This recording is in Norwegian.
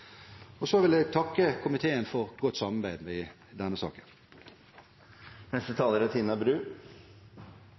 Så vil jeg takke komiteen for et godt samarbeid i denne saken. Naturverdiene i Arktis er